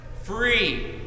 free